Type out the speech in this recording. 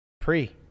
Pre